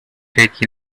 take